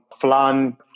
flan